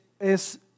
es